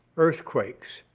earthquakes,